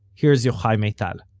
here's yochai maital